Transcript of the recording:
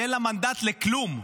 שאין לה מנדט לכלום,